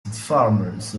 farmers